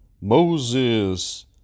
Moses